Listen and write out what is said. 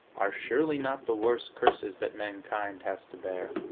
are surely not the worst curses that mankind has to bear.